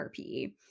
RPE